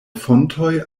fontoj